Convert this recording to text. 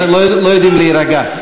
הם לא יודעים להירגע.